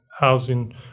housing